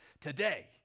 today